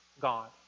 God